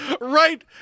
right